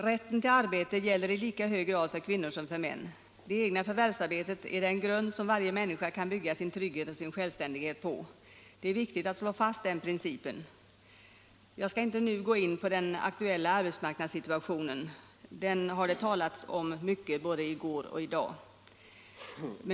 Rätten till arbete gäller i lika hög grad för kvinnor som för män. Det egna förvärvsarbetet är den grund som varje människa kan bygga sin trygghet och sin självständighet på. Det är viktigt att slå fast den principen. Jag skall inte nu gå in på den aktuella arbetsmarknadssituationen, som det talats mycket om både i går och i dag.